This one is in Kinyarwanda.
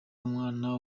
umwana